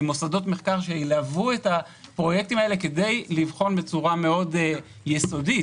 עם מוסדות מחקר שילוו את הפרויקטים הללו כדי לבחון בצורה יסודית מאוד,